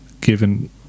given